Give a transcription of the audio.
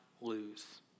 lose